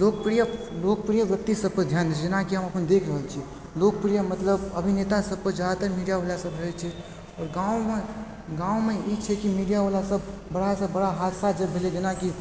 लोकप्रिय लोकप्रिय व्यक्ति सबपर ध्यान दै छै जेना कि हम अपन देख रहल छियै लोकप्रिय मतलब अभिनेता सबपर जादातर मीडियावला सब रहय छै आओर गाँवमे गाँवमे ई छै कि मीडियावला सब बड़ा सँ बड़ा हादसा जे भेलय जेना कि